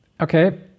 Okay